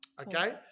Okay